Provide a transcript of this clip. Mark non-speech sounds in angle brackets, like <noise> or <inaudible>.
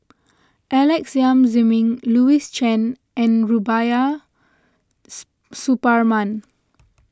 Alex Yam Ziming Louis Chen and Rubiah <unintelligible> Suparman